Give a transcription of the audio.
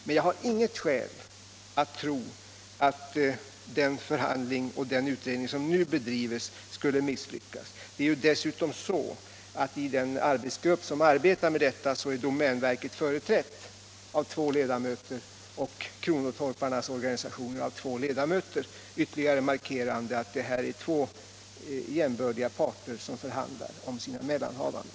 Men jag har inget skäl att tro att den förhandling och den utredning som nu bedrivs skulle misslyckas. I den arbetsgrupp som arbetar med detta är dessutom domänverket företrätt av två ledamöter och kronotorparnas organisationer av två ledamöter, vilket ytterligare markerar att det är två jämbördiga parter som förhandlar om sina mellanhavanden.